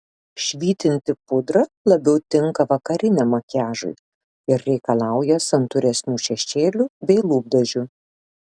švytinti pudra labiau tinka vakariniam makiažui ir reikalauja santūresnių šešėlių bei lūpdažių